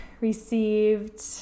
received